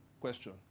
Question